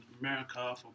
America